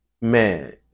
man